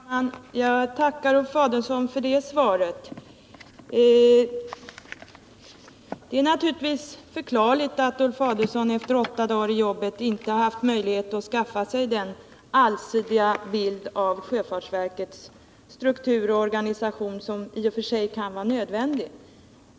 Herr talman! Jag tackar Ulf Adelsohn för det svaret. Det är naturligtvis förklarligt att Uif Adelsohn efter åtta dagar i jobbet inte har haft möjlighet att skaffa sig den allsidiga bild av sjöfartsverkets styrelse och organisation som det i och för sig kan vara nödvändigt att ha.